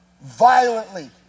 Violently